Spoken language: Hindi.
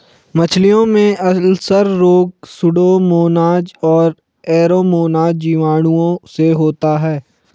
मछलियों में अल्सर रोग सुडोमोनाज और एरोमोनाज जीवाणुओं से होता है